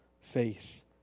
face